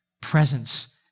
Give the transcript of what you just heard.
presence